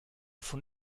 von